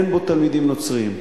אין בו תלמידים נוצרים.